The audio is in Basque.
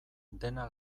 dena